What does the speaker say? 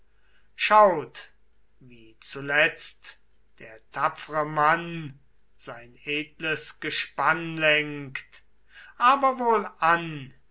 schaut wie zuletzt der tapfere mann sein edles gespann lenkt aber wohlan ihm